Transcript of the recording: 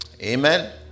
Amen